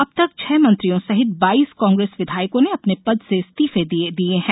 अब तक छह मंत्रियों सहित बाईस कांग्रेस विधायकों ने अपने पद से इस्तीफे दे दिए हैं